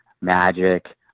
magic